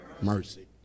Mercy